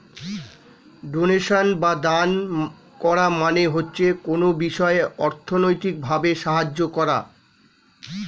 donation বা দান করা মানে হচ্ছে কোনো বিষয়ে অর্থনৈতিক ভাবে সাহায্য করা